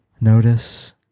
notice